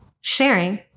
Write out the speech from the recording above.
sharing